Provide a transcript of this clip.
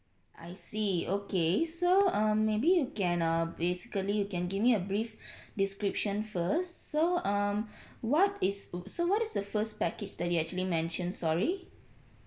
I see okay so um maybe you can uh basically you can give me a brief description first so um what is oh so what is the first package that you actually mention sorry